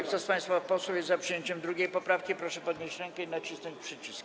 Kto z państwa posłów jest za przyjęciem 2. poprawki, proszę podnieść rękę i nacisnąć przycisk.